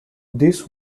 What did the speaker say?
this